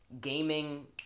gaming